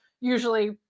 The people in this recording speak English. usually